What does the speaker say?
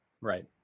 right